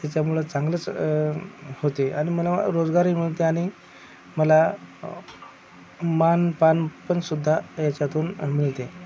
त्याच्यामुळे चांगलंच होते आणि मला रोजगारही मिळतो आणि मला मानपान पण सुध्दा याच्यातून मिळते